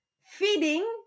feeding